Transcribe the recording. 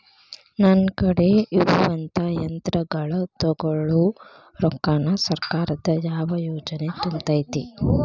ನನ್ ಕಡೆ ಇರುವಂಥಾ ಯಂತ್ರಗಳ ತೊಗೊಳು ರೊಕ್ಕಾನ್ ಸರ್ಕಾರದ ಯಾವ ಯೋಜನೆ ತುಂಬತೈತಿ?